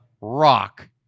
Rock